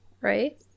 right